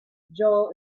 joel